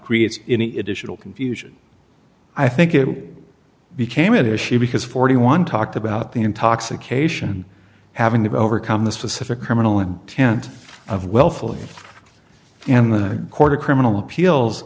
creates any additional confusion i think it became an issue because forty one talked about the intoxication having to overcome the specific criminal intent of well fully and the court of criminal appeals